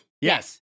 Yes